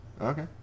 Okay